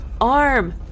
arm